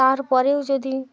তারপরেও যদি